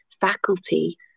faculty